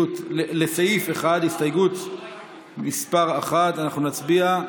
לסעיף 1, הסתייגות מס' 1. אנחנו נצביע.